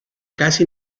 casi